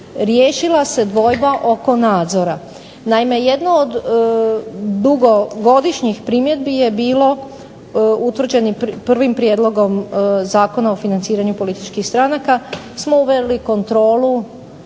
riješila se dvojba oko nadzora. Naime, jedno od dugogodišnjih primjedbi je bilo utvrđenim prvim prijedlogom Zakona o financiranju političkih stranka smo uveli kontrolu